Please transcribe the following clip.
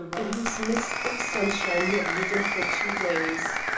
in whose mist or sunshine he had ridden for two days.